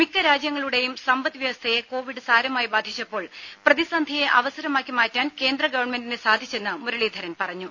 മിക്ക രാജ്യങ്ങളുടെയും സമ്പദ് വ്യവസ്ഥയെ കൊവിഡ് സാരമായി ബാധിച്ചപ്പോൾ പ്രതിസന്ധിയെ അവസരമാക്കി മാറ്റാൻ കേന്ദ്ര ഗവൺമെന്റിന് സാധിച്ചെന്ന് മുരളീധരൻ പറഞ്ഞു